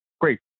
great